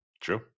true